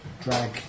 drag